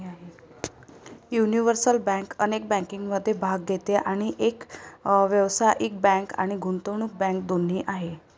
universal bank अनेक बँकिंगमध्ये भाग घेते आणि एक व्यावसायिक बँक आणि गुंतवणूक बँक दोन्ही आहे